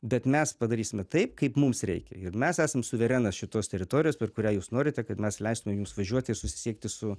bet mes padarysime taip kaip mums reikia ir mes esam suverenas šitos teritorijos per kurią jūs norite kad mes leistumėm jums važiuoti ir susisiekti su